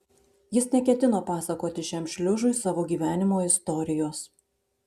jis neketino pasakoti šiam šliužui savo gyvenimo istorijos